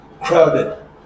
crowded